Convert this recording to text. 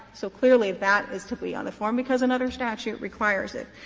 so clearly, that is to be on the form because another statute requires it.